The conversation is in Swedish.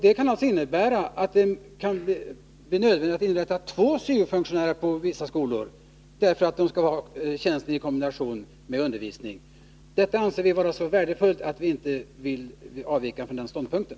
Det kan innebära att det kan bli nödvändigt att inrätta två syo-funktionärer på vissa skolor, eftersom tjänsten skall vara kombinerad med undervisning. Detta anser vi så värdefullt att vi inte vill avvika från den ståndpunkten.